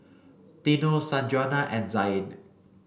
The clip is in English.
Dino Sanjuana and Zaid